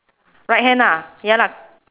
right hand ah ya lah